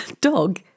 dog